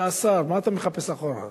אתה שר, מה אתה מחפש מאחור?